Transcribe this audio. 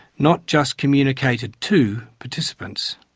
not just communicated to, participants.